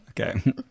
Okay